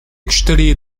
gostaria